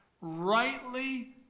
Rightly